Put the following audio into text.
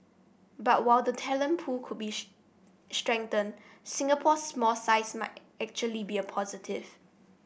but while the talent pool could be strengthened Singapore's small size might actually be a positive